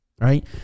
right